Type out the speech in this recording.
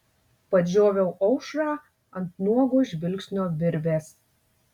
padžioviau aušrą ant nuogo žvilgsnio virvės